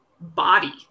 body